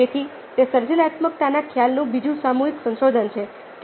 તેથી તે સર્જનાત્મકતાના ખ્યાલનું બીજું સામૂહિક સંશોધન છે